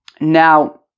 Now